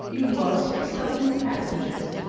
you lost yourself in passages,